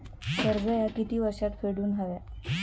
कर्ज ह्या किती वर्षात फेडून हव्या?